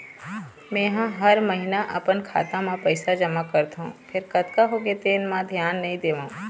मेंहा हर महिना अपन खाता म पइसा जमा करथँव फेर कतका होगे तेन म धियान नइ देवँव